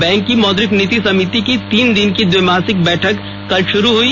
bank की मौद्रिक नीति समिति की तीन दिन की द्विमासिक बैठक कल शुरू हुई